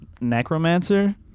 necromancer